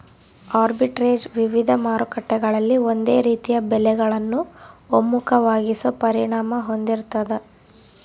arbitrage ವಿವಿಧ ಮಾರುಕಟ್ಟೆಗಳಲ್ಲಿ ಒಂದೇ ರೀತಿಯ ಬೆಲೆಗಳನ್ನು ಒಮ್ಮುಖವಾಗಿಸೋ ಪರಿಣಾಮ ಹೊಂದಿರ್ತಾದ